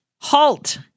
halt